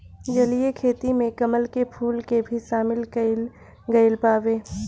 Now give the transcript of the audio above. जलीय खेती में कमल के फूल के भी शामिल कईल गइल बावे